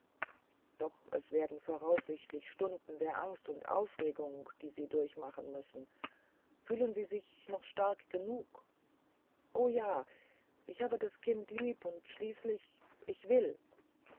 doch es werden voraussichtlich stunden der angst und aufregung die sie durchmachen müssen fühlen sie sich noch stark genug o ja ich habe das kind lieb und schließlich will